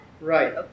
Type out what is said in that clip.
Right